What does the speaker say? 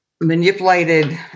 manipulated